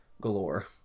galore